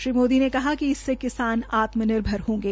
श्री मोदी ने कहा कि इससे किसान आत्मनिर्भर होंगे